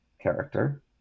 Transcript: character